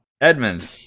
Edmund